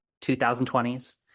2020s